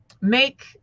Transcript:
make